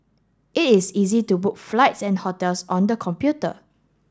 is easy to book flights and hotels on the computer